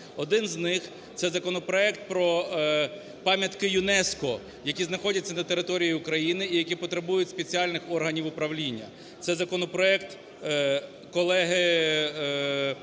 один з них це законопроект про пам'ятки ЮНЕСКО, які знаходяться на території України і які потребують спеціальних органів управління, це законопроект колеги